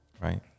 right